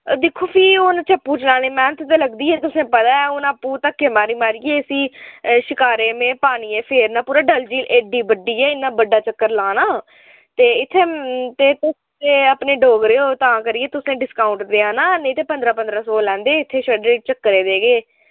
दिक्खो फ्ही हून उत्थै आपूं चलानी मैह्नत ते लगदी गै तुसें ई पता ऐ हून आपूं धक्के मारी मारियै इस्सी शकारे ई में पानियै च फेरना पूरा डल झील एड्डी बड्डी ऐ इन्ना बड्डा चक्कर लाना ते इत्थै ते तुस ते अपने डोगरे ओ तां करियै तुसें ई डिस्काउंट देआ ना नेईं ते पंदरां पंदरां सौ लैंदे इत्थै छड़े चक्कर दे गै